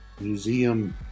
Museum